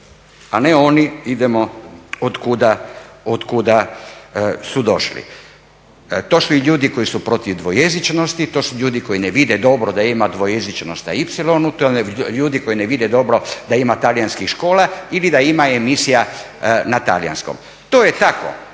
a ne oni, idemo od kuda su došli. To su i ljudi koji su protiv dvojezičnosti, to su ljudi koji ne vide dobro da ima dvojezičnost na ipsilonu, to su ljudi koji ne vide dobro da ima talijanskih škola ili da ima emisija na talijanskom. To je tako.